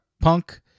punk